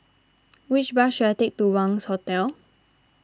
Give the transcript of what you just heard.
which bus should I take to Wangz Hotel